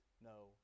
no